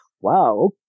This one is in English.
Wow